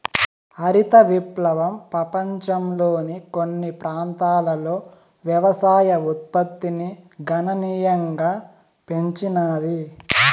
హరిత విప్లవం పపంచంలోని కొన్ని ప్రాంతాలలో వ్యవసాయ ఉత్పత్తిని గణనీయంగా పెంచినాది